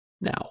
now